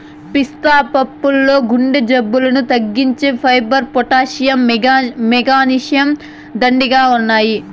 పిస్తా పప్పుల్లో గుండె జబ్బులను తగ్గించే ఫైబర్, పొటాషియం, మెగ్నీషియం, దండిగా ఉన్నాయి